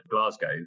Glasgow